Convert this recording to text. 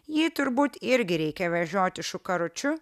jai turbūt irgi reikia važiuoti su karučiu